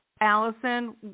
Allison